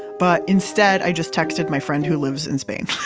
but instead i just texted my friend who lives in spain.